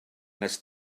nes